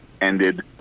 ended